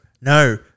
no